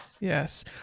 Yes